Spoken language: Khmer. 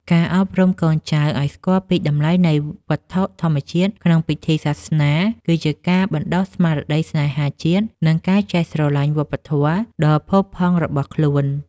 ការអប់រំកូនចៅឱ្យស្គាល់ពីតម្លៃនៃវត្ថុធម្មជាតិក្នុងពិធីសាសនា គឺជាការបណ្តុះស្មារតីស្នេហាជាតិ និងការចេះស្រឡាញ់វប្បធម៌ដ៏ផូរផង់របស់ខ្លួន។